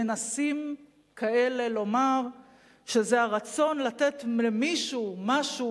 שמנסים כאלה לומר שזה הרצון לתת למישהו משהו